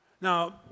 Now